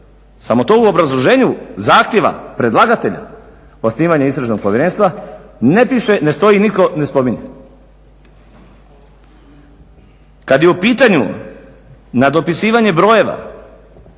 samo to u obrazloženju zahtijeva predlagatelja, osnivanje Istražnog povjerenstva ne piše, ne stoji, nitko ne spominje. Kad je u pitanju nadopisivanje brojeva